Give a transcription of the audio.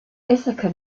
ithaca